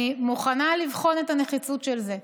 אני מוכנה לבחון את הנחיצות של זה.